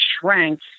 shrank